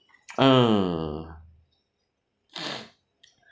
ah